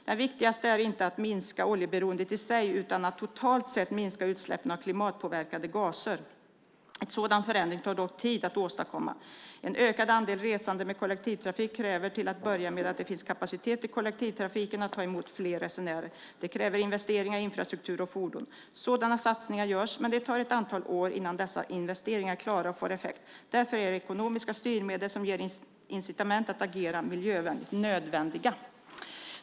Det viktigaste är inte att minska oljeberoendet i sig utan att totalt sett minska utsläppen av klimatpåverkande gaser. En sådan förändring tar dock tid att åstadkomma. En ökad andel resande med kollektivtrafik kräver till att börja med att det finns kapacitet i kollektivtrafiken att ta emot fler resenärer. Det kräver investeringar i infrastruktur och fordon. Sådana satsningar görs men det tar ett antal år innan dessa investeringar är klara och får effekt. Därför är ekonomiska styrmedel som ger incitament att agera miljövänligt nödvändiga.